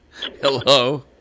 Hello